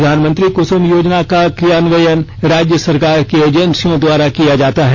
प्रधानमंत्री कुसुम योजना का क्रियान्वयन राज्य सरकार की एजेंसियों द्वारा किया जाता है